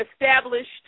established